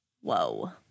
Whoa